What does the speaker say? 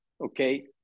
okay